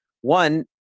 one